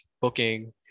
booking